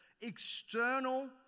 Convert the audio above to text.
external